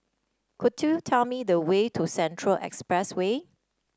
could you tell me the way to Central Expressway